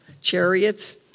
chariots